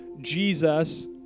Jesus